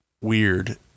weird